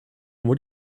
why